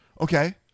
Okay